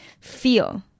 feel